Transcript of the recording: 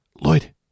Lloyd